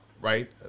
right